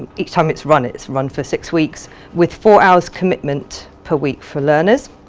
each time it's run, it's run for six weeks with four hours commitment per week for learners.